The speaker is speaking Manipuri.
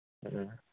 ꯑꯗꯨꯅ